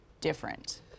different